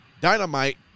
Dynamite